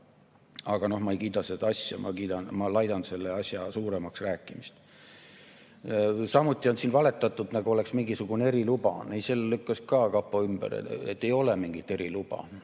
Aga ma ei kiida seda asja, ma laidan selle asja suuremaks rääkimist. Samuti on siin valetatud, nagu oleks mingisugune eriluba – selle lükkas ka kapo ümber. Ei ole mingit eriluba.